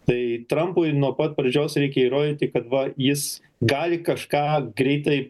tai trampui nuo pat pradžios reikia įrodyti kad jis gali kažką greitai